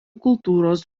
kultūros